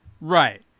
Right